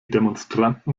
demonstranten